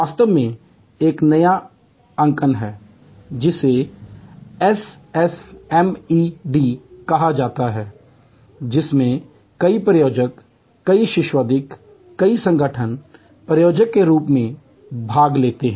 वास्तव में एक नया अंकन है जिसे एसएसएमईडी कहा जाता है जिसमें कई प्रायोजक कई शिक्षाविद कई संगठन प्रायोजक के रूप में भाग लेते हैं